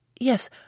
yes